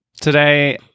Today